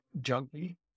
junkie